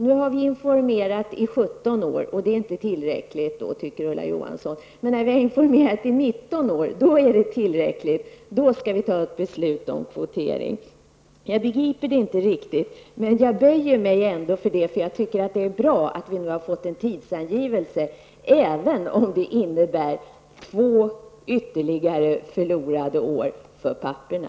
Nu har vi informerat i 17 år, och det är inte tillräckligt, tycker Ulla Johansson. Men när vi har informerat i 19 år är det tillräckligt -- då skall vi fatta beslut om kvotering. Jag begriper det inte riktigt, men jag böjer mig ändå för det -- jag tycker att det är bra att vi har fått en tidsangivelse, även om det innebär ytterligare två förlorade år för papporna.